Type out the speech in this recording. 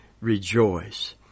rejoice